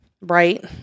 Right